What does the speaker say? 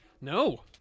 no